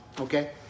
okay